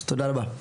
תודה רבה.